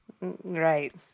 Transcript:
Right